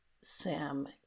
Sam